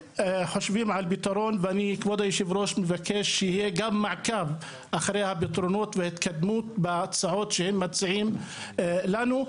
אני מבקש שיהיה גם מעקב אחרי הפתרונות וההתקדמות בהצעות שהם מציעים לנו,